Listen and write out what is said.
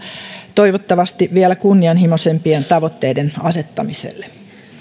toivottavasti vielä kunnianhimoisempien tavoitteiden asettamiselle